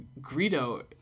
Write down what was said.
Greedo